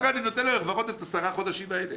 כך לפחות אני נותן את עשרת החודשים האלה.